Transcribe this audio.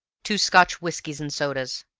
two scotch whiskeys and sodas.